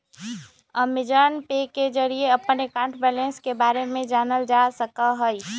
Amazon Pay के जरिए अपन अकाउंट बैलेंस के बारे में जानल जा सका हई